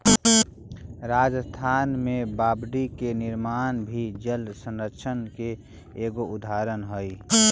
राजस्थान में बावडि के निर्माण भी जलसंरक्षण के एगो उदाहरण हई